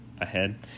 ahead